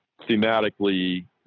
thematically